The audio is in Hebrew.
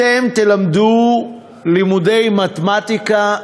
אתם תלמדו לימודי מתמטיקה,